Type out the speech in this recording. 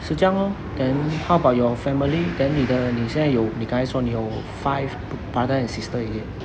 是这样 lor then how about your family then 你的你现在有你刚才说你有 five brother and sister is it